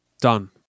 Done